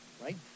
right